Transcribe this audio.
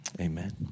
amen